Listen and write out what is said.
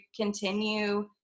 continue